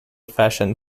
fashioned